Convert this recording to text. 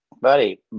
buddy